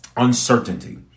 uncertainty